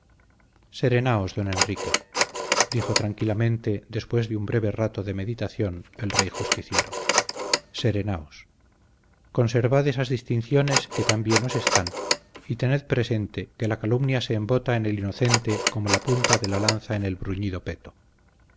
serenaos don enrique dijo tranquilamente después de un breve rato de meditación el rey justiciero serenaos conservad esas distinciones que tan bien os están y tened presente que la calumnia se embota en el inocente como la punta de la lanza en el bruñido peto